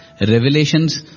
revelations